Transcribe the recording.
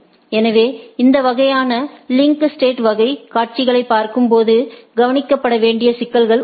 எனவே இந்த வகையான லிங்க் ஸ்டேட் வகை காட்சிகளைப் பார்க்கும்போது கவனிக்கப்பட வேண்டிய சிக்கல்கள் உள்ளன